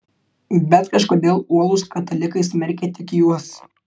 bet kažkodėl uolūs katalikai smerkia tik juos